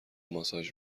ماساژ